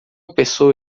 pessoa